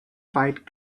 fight